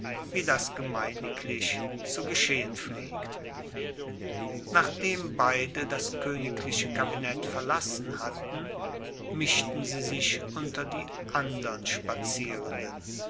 wie das gemeiniglich zu geschehen pflegt nachdem beide das königliche kabinett verlassen hatten mischten sie sich unter die andern spazierenden